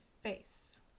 face